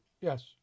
Yes